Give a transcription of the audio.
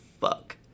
fuck